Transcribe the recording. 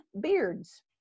beards